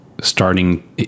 starting